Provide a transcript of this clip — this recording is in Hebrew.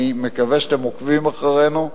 אני מקווה שאתם עוקבים אחרינו.